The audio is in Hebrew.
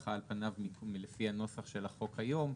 ככה על פניו לפי הנוסח של החוק היום,